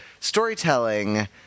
storytelling